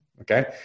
Okay